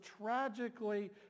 tragically